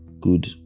good